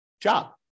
job